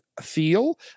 feel